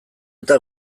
eta